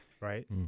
right